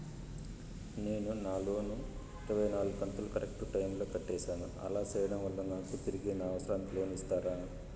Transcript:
నేను నా లోను ఇరవై నాలుగు కంతులు కరెక్టు టైము లో కట్టేసాను, అలా సేయడం వలన నాకు తిరిగి నా అవసరానికి లోను ఇస్తారా?